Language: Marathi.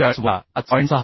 43 वजा 5